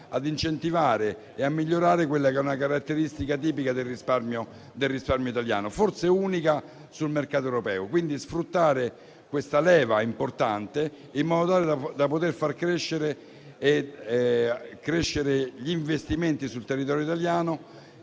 ad incentivare e a migliorare quella che è una caratteristica tipica del risparmio italiano, forse unica sul mercato europeo. Sfruttare questa leva è importante al fine di far crescere gli investimenti sul territorio italiano,